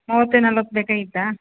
ಮೂವತ್ತು ನಲ್ವತ್ತು ಬೇಕಾಗಿತ್ತಾ